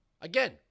Again